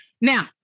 Now